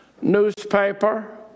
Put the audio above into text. newspaper